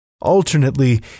Alternately